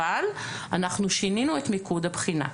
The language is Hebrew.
אבל אנחנו שינינו את מיקוד הבחינה.